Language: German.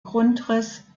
grundriss